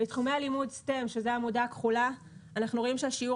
בתחומי הלימוד STEM אנחנו רואים שהשיעור